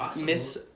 Miss